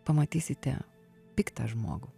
pamatysite piktą žmogų